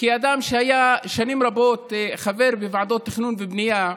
כאדם שהיה שנים רבות חבר בוועדות תכנון ובנייה,